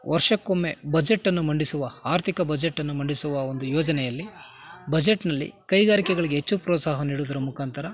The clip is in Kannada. ವರ್ಷಕ್ಕೊಮ್ಮೆ ಬಜೆಟ್ಟನ್ನು ಮಂಡಿಸುವ ಆರ್ಥಿಕ ಬಜೆಟ್ಟನ್ನು ಮಂಡಿಸುವ ಒಂದು ಯೋಜನೆಯಲ್ಲಿ ಬಜೆಟ್ನಲ್ಲಿ ಕೈಗಾರಿಕೆಗಳಿಗೆ ಹೆಚ್ಚು ಪ್ರೋತ್ಸಾಹ ನೀಡುವುದರ ಮುಖಾಂತರ